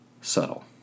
subtle